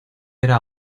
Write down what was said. era